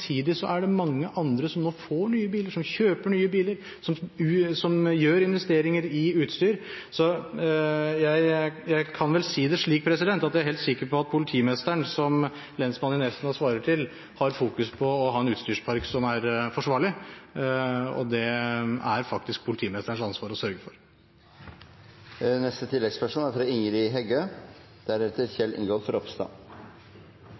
er det mange andre som nå får nye biler, som kjøper nye biler, som gjør investeringer i utstyr. Så jeg kan vel si det slik at jeg er helt sikker på at politimesteren som lensmannen i Nesna svarer til, fokuserer på å ha en utstyrspark som er forsvarlig. Det er det faktisk politimesterens ansvar å sørge for.